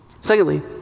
Secondly